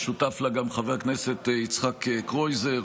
ושותף לה גם חבר הכנסת יצחק קרויזר,